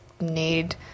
need